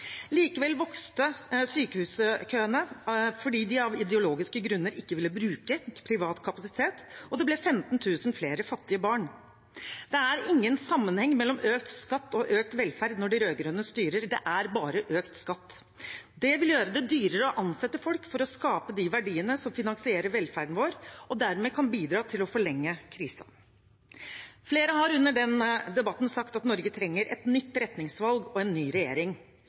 Likevel vokste sykehuskøene, fordi man av ideologiske grunner ikke ville bruke privat kapasitet, og det ble 15 000 flere fattige barn. Det er ingen sammenheng mellom økt skatt og økt velferd når de rød-grønne styrer, det er bare økt skatt. Det vil gjøre det dyrere å ansette folk for å skape de verdiene som finansierer velferden vår og kan dermed bidra til å forlenge krisen. Flere har under denne debatten sagt at Norge trenger et nytt retningsvalg og en ny regjering.